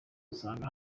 usanga